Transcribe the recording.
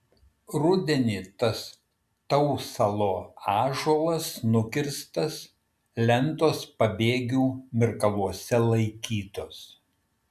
rudenį tas tausalo ąžuolas nukirstas lentos pabėgių mirkaluose laikytos